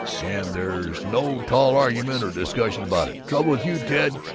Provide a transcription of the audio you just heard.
and there's no tall, argument, or discussion about it! trouble with you, ted,